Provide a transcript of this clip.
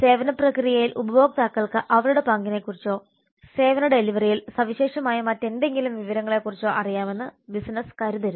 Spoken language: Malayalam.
സേവന പ്രക്രിയയിൽ ഉപഭോക്താക്കൾക്ക് അവരുടെ പങ്കിനെക്കുറിച്ചോ സേവന ഡെലിവറിയിൽ സവിശേഷമായ മറ്റേതെങ്കിലും വിവരങ്ങളെക്കുറിച്ചോ അറിയാമെന്ന് ബിസിനസ്സ് കരുതരുത്